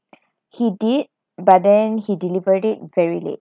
he did but then he delivered it very late